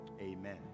amen